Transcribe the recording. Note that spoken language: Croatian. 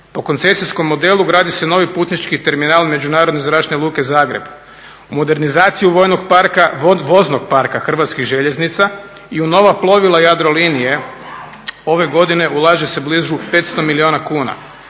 Po koncesijskom modelu gradi se novi putnički terminal Međunarodne zračne luke Zagreb. U modernizaciju voznog parka Hrvatskih željeznica i u nova plovila Jadrolinije ove godine ulaže se blizu 500 milijuna kuna.